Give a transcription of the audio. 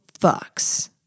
fucks